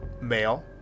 male